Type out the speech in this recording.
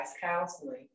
counseling